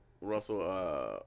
Russell